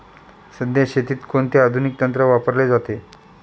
सध्या शेतीत कोणते आधुनिक तंत्र वापरले जाते?